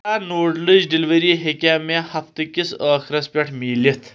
کیٛاہ نوٗڈٕلٕچ ڈیلؤری ہیٚکیٛا مےٚ ہفتہٕ کِس أخرس پٮ۪ٹھ مِلتھ